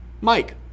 Mike